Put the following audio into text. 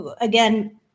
again